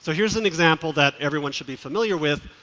so here's an example that everyone should be familiar with,